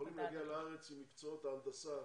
שיכולים להגיע לארץ במקצועות ההנדסה,